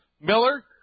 Miller